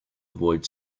avoid